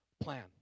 plan